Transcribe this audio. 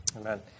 Amen